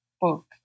book